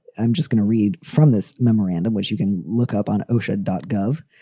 i'm just going to read from this memorandum, which you can look up on osha dot gov.